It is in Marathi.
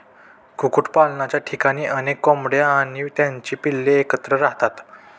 कुक्कुटपालनाच्या ठिकाणी अनेक कोंबड्या आणि त्यांची पिल्ले एकत्र राहतात